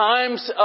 Time's